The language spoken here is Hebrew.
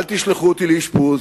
אל תשלחו אותי לאשפוז,